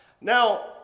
Now